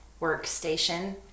workstation